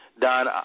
Don